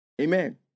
Amen